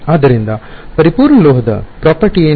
ಆದ್ದರಿಂದ ಪರಿಪೂರ್ಣ ಲೋಹದ ಆಸ್ತಿಪ್ರಾಪರ್ಟಿ ಏನು